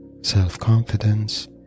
self-confidence